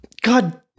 God